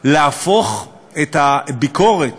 להפוך את הביקורת